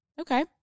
Okay